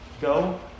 go